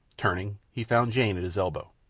turning, he found jane at his elbow.